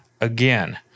Again